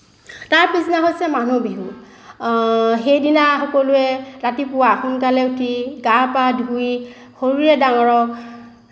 তাৰ পিছদিনা হৈছে মানুহ বিহু সেইদিনা সকলোৱে ৰাতিপুৱা সোনকালে উঠি গা পা ধুই সৰুৱে ডাঙৰক